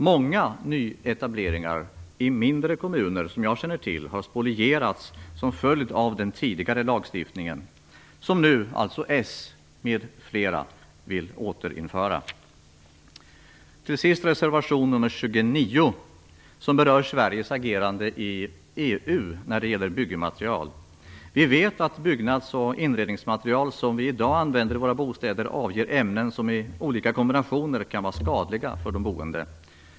Många nyetableringar i mindre kommuner som jag känner till har spolierats till följd av tidigare lagstiftning, som nu Socialdemokraterna m.fl. vill återinföra. Reservation 29, till sist, berör Sveriges agerande i EU när det gäller byggmaterial. Vi vet att byggnadsoch inredningsmaterial som vi i dag använder i våra bostäder avger ämnen som i olika kombinationer kan vara skadliga för de boende.